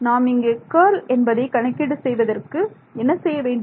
நாம் இங்கே கர்ல் என்பதை கணக்கீடு செய்வதற்கு என்ன செய்ய வேண்டும்